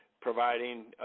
providing